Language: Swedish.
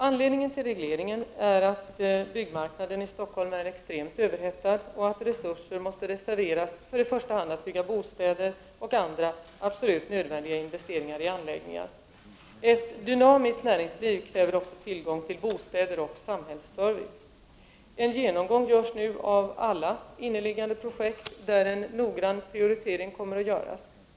Anledningen till regleringen är att byggmarknaden i Stockholm är extremt överhettad och att resurser måste reserveras i första hand för bostadsbyggande och andra absolut nödvändiga investeringar i anläggningar. Ett dynamiskt näringsliv kräver också tillgång till bostäder och samhällsservice. En genomgång görs nu av alla inneliggande projekt och en noggrann prioritering kommer i detta sammanhang att göras.